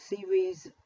series